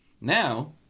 Now